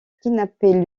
kidnapper